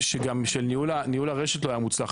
שניהול הרשת לא היה מוצלח,